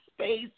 space